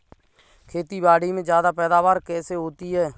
खेतीबाड़ी में ज्यादा पैदावार कैसे होती है?